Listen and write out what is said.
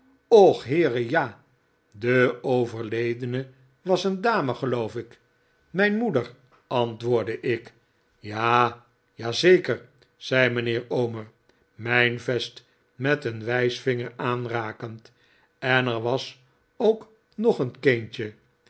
och heere ja de overledene was een dame geloof ik mijn moeder antwoordde ik ja ja zeker zei mijnheer omer mijn vest met zijn wijsvinger aanrakend en er was ook nog een kindje